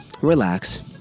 relax